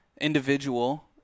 individual